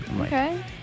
Okay